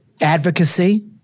Advocacy